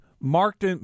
marked